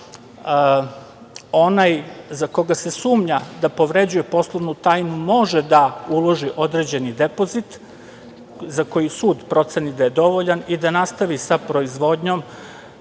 onaj za koga se sumnja da povređuje poslovnu tajnu može da uloži određeni depozit za koji sud proceni da je dovoljan i da nastavi sa proizvodnjom